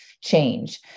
change